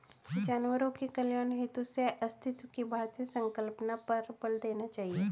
जानवरों के कल्याण हेतु सहअस्तित्व की भारतीय संकल्पना पर बल देना चाहिए